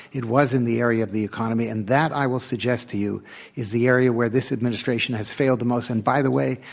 it was in the area of the economy. and that, i will suggest to you is the area where this administration has failed the most. and by the way,